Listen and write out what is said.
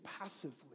passively